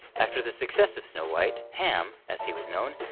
after the success of snow white, ham, as he was known,